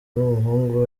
n’umuhungu